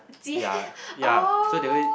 ya ya so they will